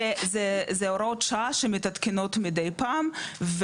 וזה הוראות שעה שמתעדכנות מידי פעם,